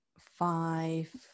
five